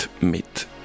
mit